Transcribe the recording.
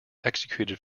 executed